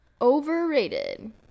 Overrated